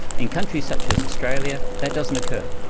in countries such as australia that doesn't occur.